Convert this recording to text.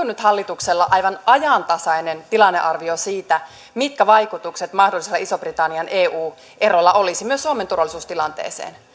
nyt aivan ajantasainen tilannearvio siitä mitkä vaikutukset mahdollisella ison britannian eu erolla olisi myös suomen turvallisuustilanteeseen